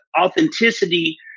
authenticity